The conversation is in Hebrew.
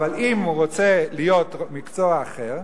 ואם הוא רוצה להיות בעל מקצוע אחר,